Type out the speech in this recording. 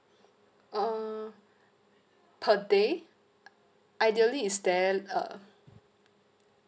uh per day ideally is there uh